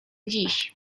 dziś